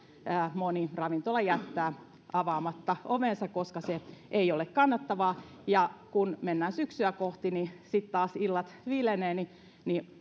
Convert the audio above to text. moni ravintola jättää avaamatta ovensa koska se ei ole kannattavaa ja kun mennään syksyä kohti sitten taas illat viilenevät ja